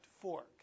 fork